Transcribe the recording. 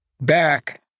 back